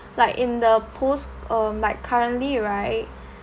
like in the post um like currently right